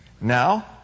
Now